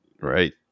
Right